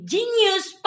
Genius